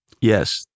Yes